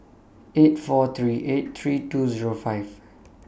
eight four three eight three two Zero five